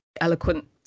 eloquent